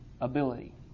ability